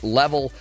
level